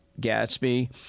Gatsby